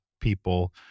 people